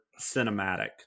cinematic